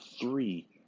three